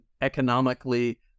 economically